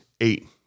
eight